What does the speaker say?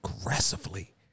aggressively